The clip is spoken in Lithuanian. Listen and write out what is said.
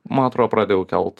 man atrodo pradėjau kelt